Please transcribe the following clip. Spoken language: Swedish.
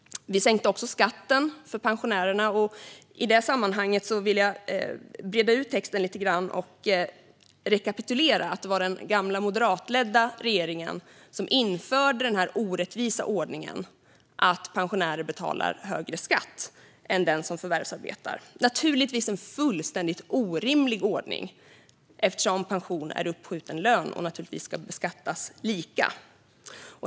Vi sänkte också skatten för pensionärerna. I det sammanhanget vill jag breda ut texten lite grann och rekapitulera hur det var: Det var den gamla moderatledda regeringen som införde den orättvisa ordningen att pensionärer betalar högre skatt än den som förvärvsarbetar. Det är naturligtvis en fullständigt orimlig ordning, eftersom pension är uppskjuten lön och naturligtvis ska beskattas lika.